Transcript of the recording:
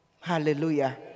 Hallelujah